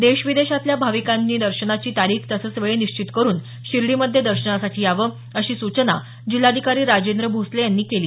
देश विदेशातल्या भाविकांनी दर्शनाची तारीख तसंच वेळ निश्चित करूनच शिर्डीमध्ये दर्शनासाठी यावं अशी सूचना जिल्हाधिकारी राजेंद्र भोसले यांनी केली